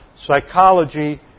Psychology